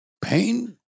Pain